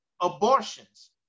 abortions